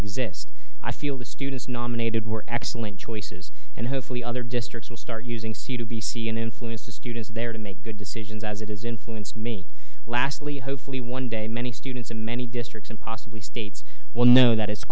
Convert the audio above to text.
exist i feel the students nominated were excellent choices and hopefully other districts will start using c to b c and influence the students there to make good decisions as it has influenced me lastly hopefully one day many students in many districts and possibly states will know that it's